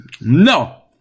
No